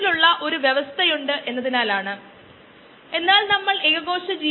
batch വളർച്ച യഥാർത്ഥ data ഉപയോഗിച്ച് നമ്മൾ കണ്ടതുപോലെ